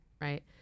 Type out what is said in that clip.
Right